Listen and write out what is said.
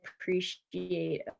appreciate